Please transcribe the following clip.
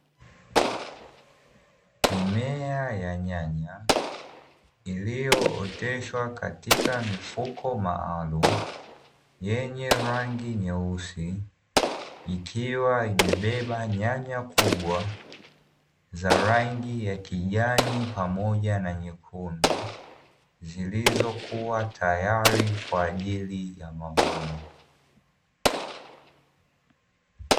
Mimea ya nyanya iliyooteshwa katika mifuko maalumu yenye rangi nyeusi, ikiwa imebeba nyanya kubwa za rangi ya kijani pamoja na nyekundu, zilizokuwa tayari kwa ajili ya mavuno.